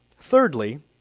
Thirdly